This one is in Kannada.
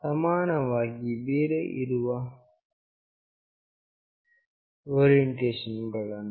ಸಮಾನವಾಗಿ ಬೇರೆ ಸಂಭವ ಇರುವ ಓರಿಯೆಂಟೇಷನ್ ಗಳು